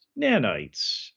nanites